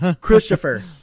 Christopher